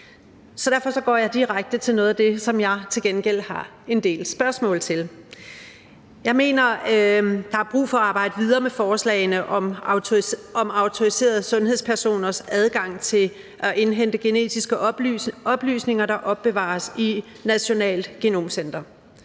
Derfor går jeg direkte til noget af det, som jeg til gengæld har en del spørgsmål til. Jeg mener, at der er brug for at arbejde videre med forslagene om autoriserede sundhedspersoners adgang til at indhente genetiske oplysninger, der opbevares i Nationalt Genom Center.